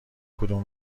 کدوم